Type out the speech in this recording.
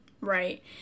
right